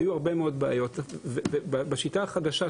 בשיטה החדשה,